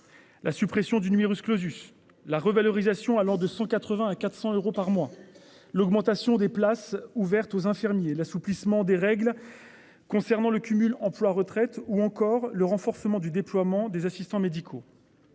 La suppression du numerus clausus la revalorisation alors de 180 à 400 euros par mois. L'augmentation des places ouvertes aux infirmiers, l'assouplissement des règles. Concernant le cumul emploi-retraite ou encore le renforcement du déploiement des assistants médicaux.